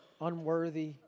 unworthy